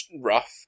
rough